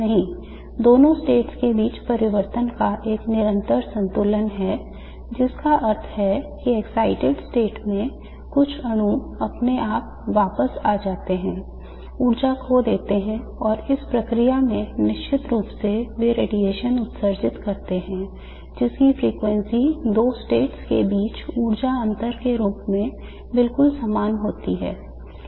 नहीं दोनों states के बीच परिवर्तन का एक निरंतर संतुलन है जिसका अर्थ है कि excited state में कुछ अणु अपने आप वापस आ जाते हैं ऊर्जा खो देते हैं और इस प्रक्रिया में निश्चित रूप से वे रेडिएशन उत्सर्जित करते हैं जिनकी फ्रिकवेंसी दो states के बीच ऊर्जा अंतर के रूप में बिल्कुल समान होती है